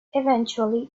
eventually